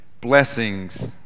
blessings